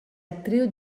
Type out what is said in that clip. actriu